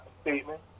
statement